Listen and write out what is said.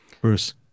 Bruce